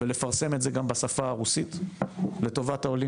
ולפרסם את זה גם בשפה הרוסית לטובת העולים